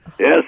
Yes